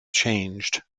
changed